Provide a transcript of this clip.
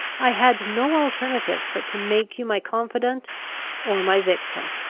i had no alternative but to make you my confidant or my victim.